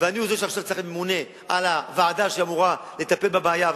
ואני הוא זה שעכשיו צריך להיות ממונה על הוועדה שאמורה לטפל בבעיה,